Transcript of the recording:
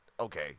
Okay